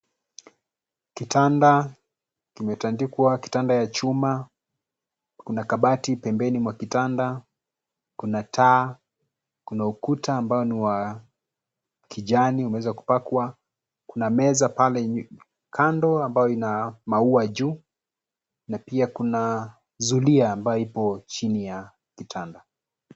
Kitanda kimetandikwa; kitanda ya chuma. Kuna kabati pembeni mwa kitanda. Kuna taa, kuna ukuta ambao ni wa kijani umeweza kupakwa. Kuna meza pale kando ambayo ina maua juu na pia kuna zulia ambayo ipo chini ya kitanda.